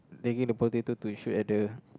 taking the potato to shoot at the